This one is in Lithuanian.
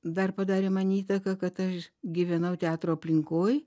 dar padarė man įtaką kad aš gyvenau teatro aplinkoj